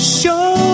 show